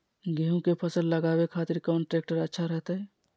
गेहूं के फसल लगावे खातिर कौन ट्रेक्टर अच्छा रहतय?